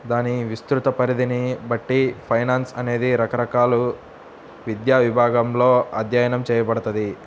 దాని విస్తృత పరిధిని బట్టి ఫైనాన్స్ అనేది రకరకాల విద్యా విభాగాలలో అధ్యయనం చేయబడతది